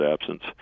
absence